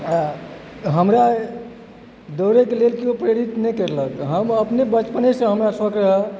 आ हमरा दौड़ेके लेल केओ प्रेरित नहि केलक हम बचपनेसँ हमरा शौक रहे